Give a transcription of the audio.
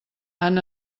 han